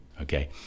okay